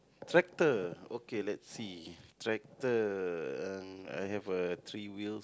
tractor okay let's see tractor uh I have a three wheels